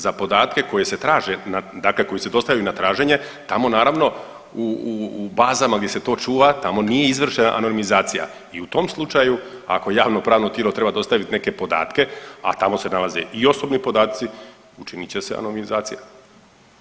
Za podatke koji se traže, dakle koji se dostavljaju na traženje tamo naravno u bazama gdje se to čuva tamo nije izvršena anonimizacija i u tom slučaju ako javnopravno tijelo treba dostaviti neke podatke, a tamo se nalaze i osobni podatci učinit će se anonimizacija.